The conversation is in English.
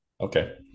okay